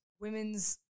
women's